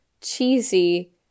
cheesy